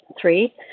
Three